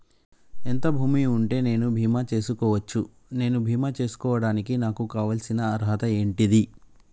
ఎంత భూమి ఉంటే నేను బీమా చేసుకోవచ్చు? నేను బీమా చేసుకోవడానికి నాకు కావాల్సిన అర్హత ఏంటిది?